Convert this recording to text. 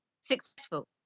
successful